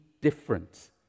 different